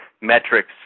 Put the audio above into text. metrics